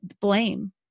blame